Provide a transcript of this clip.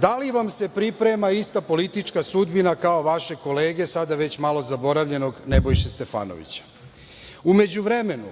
Da li vam se priprema ista politička sudbina kao vašeg kolege, sada već malo zaboravljenog, Nebojše Stefanovića? U međuvremenu